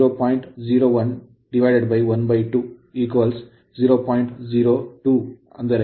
02 ಇದು 2 ಆಗಿದೆ